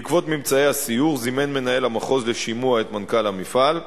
בעקבות ממצאי הסיור זימן מנהל המחוז לשימוע את מנכ"ל המפעל.